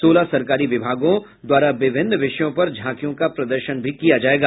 सोलह सरकारी विभागों द्वारा विभिन्न विषयों पर झांकियों का प्रदर्शन भी किया जायेगा